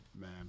Man